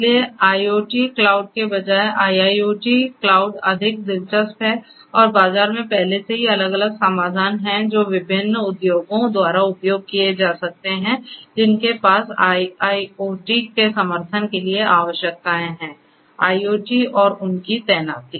इसलिए IoT cloud के बजाय आईआईओटी क्लाउड अधिक दिलचस्प है और बाजार में पहले से ही अलग अलग समाधान हैं जो विभिन्न उद्योगों द्वारा उपयोग किए जा सकते हैं जिनके पास आईआईओटी के समर्थन के लिए आवश्यकताएं हैं IoT और उनकी तैनाती